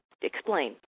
Explain